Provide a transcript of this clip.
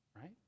right